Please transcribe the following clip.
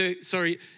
sorry